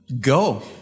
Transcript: Go